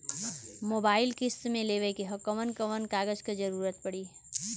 Mobile किस्त मे लेवे के ह कवन कवन कागज क जरुरत पड़ी?